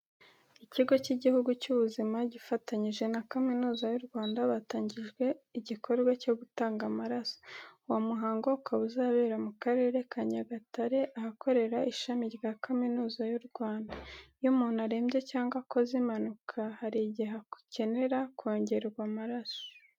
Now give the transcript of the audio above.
Ikigo cy'igihugu cy'ubuzima gifatanyije na Kaminuza y'u Rwanda batangije igikorwa cyo gutanga amaraso. Uwo muhango ukaba uzabera mu Karere ka Nyagatare, ahakorera ishami rya Kaminuza y'u Rwanda. Iyo umuntu arembye cyangwa akoze impanuka, hari igihe akenera kongererwa amaraso.